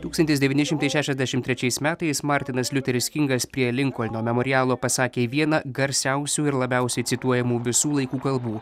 tūkstantis devyni šimtai šešiasdešimt trečiais metais martinas liuteris kingas prie linkolno memorialo pasakė vieną garsiausių ir labiausiai cituojamų visų laikų kalbų